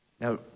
Now